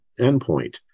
endpoint